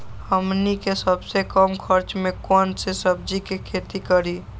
हमनी के सबसे कम खर्च में कौन से सब्जी के खेती करी?